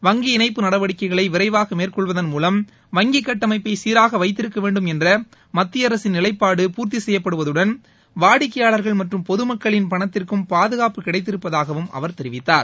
வங்கி இணைப்பு நடவடிக்கைகளை விரைவாக மேற்கொள்வதன் மூலம் வங்கி கட்டமைப்பை சீராக வைத்திருக்க வேண்டும் என்ற மத்திய அரசின் நிவைப்பாடு பூர்த்தி செய்யப்படுவதுடன் வாடிக்கையாளர்கள் மற்றும் பொதுமக்களின் பணத்திற்கும் பாதுகாப்பு கிடைத்திருப்பதாகவும் அவர் தெரிவித்தார்